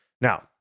Now